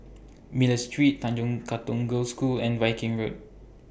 Miller Street Tanjong Katong Girls' School and Viking Road